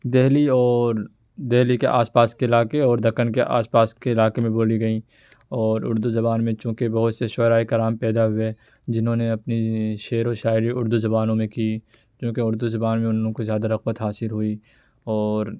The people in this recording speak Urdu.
دہلی اور دہلی کے آس پاس کے علاقے اور دکن کے آس پاس کے علاقے میں بولی گئیں اور اردو زبان میں چونکہ بہت سے شعراء کرام پیدا ہوئے جنہوں نے اپنی شعر و شاعری اردو زبانوں میں کی کیونکہ اردو زبان میں ان لوگ کو زیادہ رغبت حاصل ہوئی اور